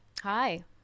Hi